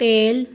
ਤੇਲ